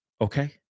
Okay